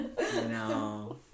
No